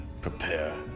prepare